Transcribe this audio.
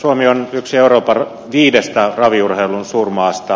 suomi on yksi euroopan viidestä raviurheilun suurmaasta